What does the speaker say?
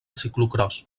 ciclocròs